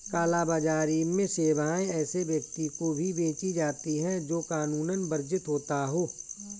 काला बाजारी में सेवाएं ऐसे व्यक्ति को भी बेची जाती है, जो कानूनन वर्जित होता हो